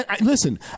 Listen